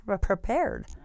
prepared